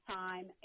time